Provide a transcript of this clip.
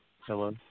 Hello